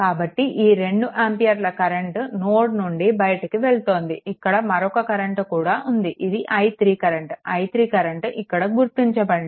కాబట్టి ఈ 2 ఆంపియర్ల కరెంట్ నోడ్ నుండి బయటికి వెళ్తోంది ఇక్కడ మరొక కరెంట్ కూడా ఉంది ఇది i3 కరెంట్ i3 కరెంట్ ఇక్కడ గుర్తించబడింది